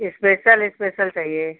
special special चाहिए